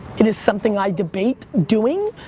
it is something i debate doing.